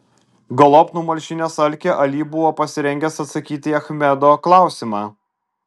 galop numalšinęs alkį ali buvo pasirengęs atsakyti į achmedo klausimą